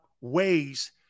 ways